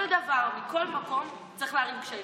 כל דבר מכל מקום צריך להערים קשיים.